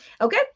Okay